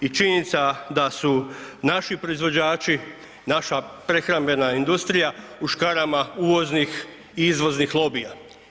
I činjenica da su naši proizvođači, naša prehrambena industrija u škarama uvoznih i izvoznih lobija.